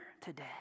today